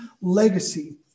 legacy